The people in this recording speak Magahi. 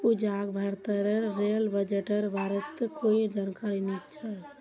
पूजाक भारतेर रेल बजटेर बारेत कोई जानकारी नी छ